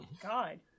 God